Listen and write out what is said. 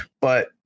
but-